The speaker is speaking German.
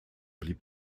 blieb